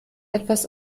etwas